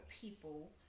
people